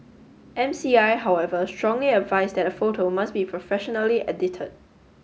M C I however strongly advised that the photo must be professionally edited